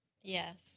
Yes